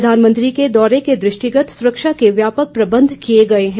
प्रधानमंत्री के दौरे के दृष्टिगत सुरक्षा के व्यापक प्रबंध किए गए हैं